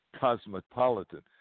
cosmopolitan